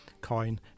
coin